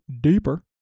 deeper